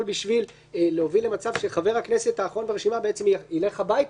בשביל להוביל למצב שחבר הכנסת האחרון ברשימה בעצם ילך הביתה,